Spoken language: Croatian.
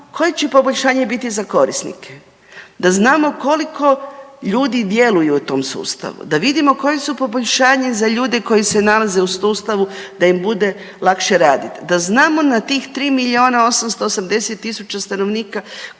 koje će poboljšanje biti za korisnike, da znamo koliko ljudi djeluju u tom sustavu, da vidimo koja su poboljšanja za ljude koji se nalaze u sustavu da im bude lakše raditi, da znamo na tih 3 milijuna 880 000 stanovnika